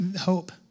hope